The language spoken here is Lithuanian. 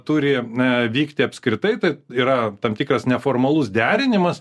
turi na vykti apskritai tai yra tam tikras neformalus derinimas